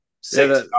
six